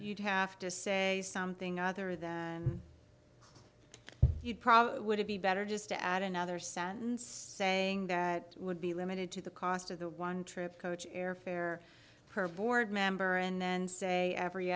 you'd have to say something other than you probably would it be better just to add another sentence saying that would be limited to the cost of the one trip coach airfare per board member and then say every